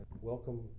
welcome